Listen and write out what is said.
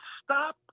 stop